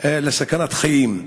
לסכנת חיים?